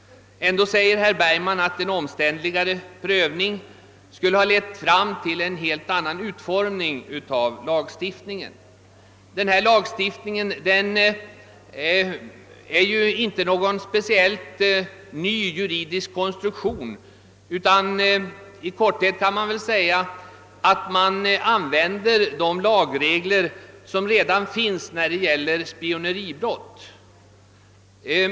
ändå säger herr Bergman, att en grundligare prövning skulle ha lett fram till en helt annan utformning av lagstiftningen. Denna lagstiftning är ju inte någon ny juridisk konstruktion; i korthet kan man väl säga att vi nu vill använda de lagregler som redan gäller för spioneribrott.